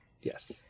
Yes